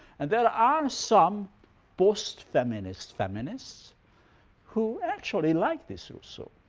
and there are some post-feminists post-feminists who actually like this rousseau,